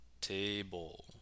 table